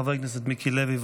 חבר הכנסת מיקי לוי,